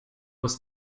was